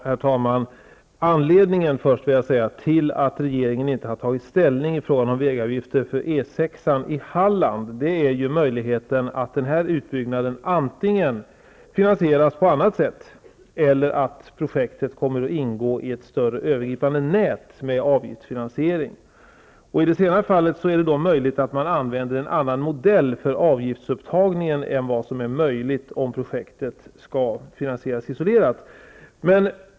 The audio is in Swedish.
Herr talman! Anledningen till att regeringen inte har tagit ställning i frågan om vägavgifter för E 6 i Halland är möjligheten att denna utbyggnad antingen finansieras på annat sätt eller att projektet kommer att ingå i ett större övergripande nät med avgiftsfinansiering. I det senare fallet är det möjligt att använda en annan modell för avgiftsupptagning än vad som är möjligt om projektet skall finansieras isolerat.